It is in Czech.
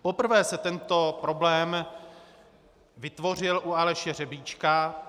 Poprvé se tento problém vytvořil u Aleše Hřebíčka.